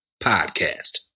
Podcast